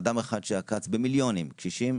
אדם אחד שעקץ במיליונים קשישים,